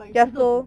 but choose not to